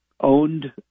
owned